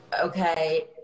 okay